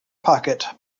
pocket